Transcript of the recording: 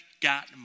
got